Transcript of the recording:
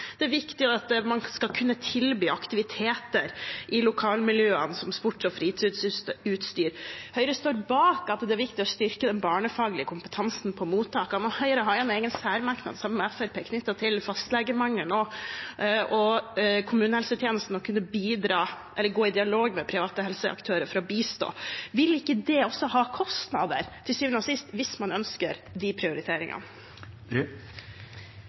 det er viktig at man skal kunne tilby aktiviteter i lokalmiljøene, som sports- og fritidsutstyr. Høyre står bak at det er viktig å styrke den barnefaglige kompetansen på mottakene. Og Høyre har en egen særmerknad sammen med Fremskrittspartiet knyttet til fastlegemangel og kommunehelsetjenesten, og om å gå i dialog med private helseaktører for å bistå. Vil ikke det også til syvende og sist medføre kostnader hvis man ønsker